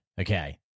Okay